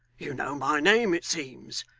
you know my name, it seems.